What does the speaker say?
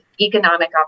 economic